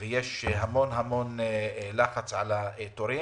ויש לחץ גדול מאוד על התורים.